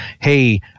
hey